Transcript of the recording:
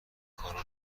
کارو